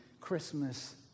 Christmas